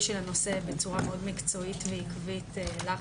הנושא בצורה מאוד מקצועית ועקבית לך,